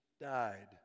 died